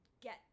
get